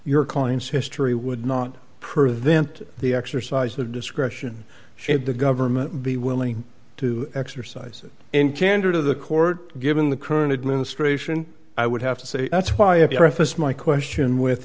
your coins history would not prevent the exercise of discretion should the government be willing to exercise in candor to the court given the current administration i would have to say that's why if it's my question with